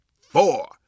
four